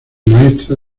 maestra